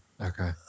Okay